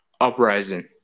Uprising